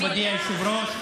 מכובדי היושב-ראש,